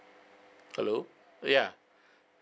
hello ya